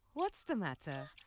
what's the matter?